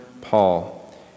Paul